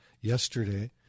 yesterday